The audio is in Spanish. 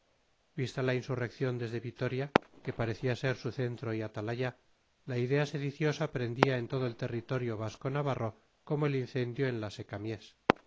vista la insurrección desde vitoria que parecía ser su centro y atalaya la idea sediciosa prendía en todo el territorio vasconavarro como el incendio en la